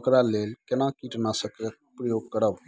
ओकरा लेल केना कीटनासक प्रयोग करब?